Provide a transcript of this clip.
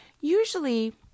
usually